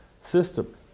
system